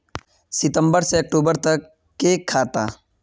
सितम्बर से अक्टूबर तक के खाता?